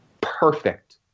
perfect